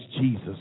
Jesus